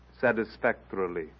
satisfactorily